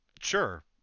sure